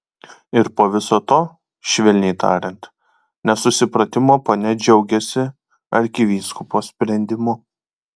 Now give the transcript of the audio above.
ir po viso to švelniai tariant nesusipratimo ponia džiaugiasi arkivyskupo sprendimu